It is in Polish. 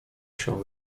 się